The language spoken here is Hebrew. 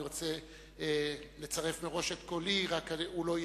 אני רוצה לצרף מראש את קולי, רק הוא לא יצורף,